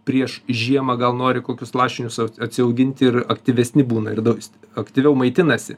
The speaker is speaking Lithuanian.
prieš žiemą gal nori kokius lašinius at atsiauginti ir aktyvesni būna ir daug aktyviau maitinasi